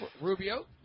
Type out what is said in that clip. Rubio